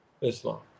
Islam